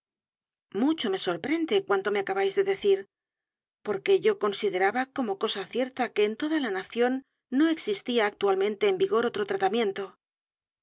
mucho me sorprende cuanto me acabáis de decir porque yo con sideraba como cosa cierta que en toda la nación no existía actualmente en vigor otro tratamiento